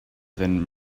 than